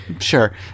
sure